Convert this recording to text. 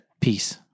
Peace